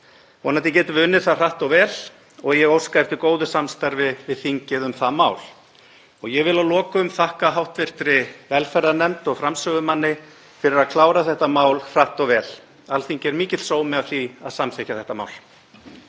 Vonandi getum við unnið það hratt og vel og ég óska eftir góðu samstarfi við þingið um það mál. Ég vil að lokum þakka hv. velferðarnefnd og framsögumanni fyrir að klára málið hratt og vel. Alþingi er mikill sómi að því að samþykkja þetta mál.